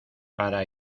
para